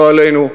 לא עלינו,